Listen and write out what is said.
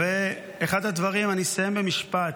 אני אסיים במשפט: